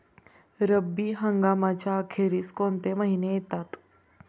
रब्बी हंगामाच्या अखेरीस कोणते महिने येतात?